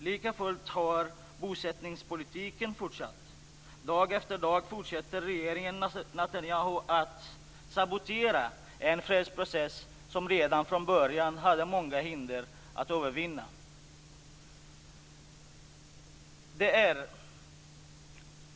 Likafullt har bosättningspolitiken fortsatt. Dag efter dag fortsätter regeringen Netanyahu att sabotera en fredsprocess som redan från början hade många hinder att övervinna.